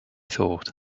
thought